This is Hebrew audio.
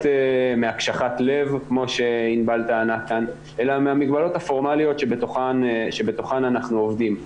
מהקשחת לב כמו שענבל טענה כאן אלא מגבלות פורמליות שבתוכן אנחנו עובדים.